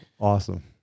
Awesome